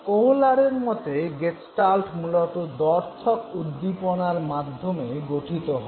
কোহলারের মতে গেস্টাল্ট মূলত দ্বর্থক উদ্দীপনার মাধ্যমে গঠিত হয়